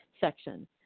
section